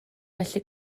felly